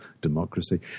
democracy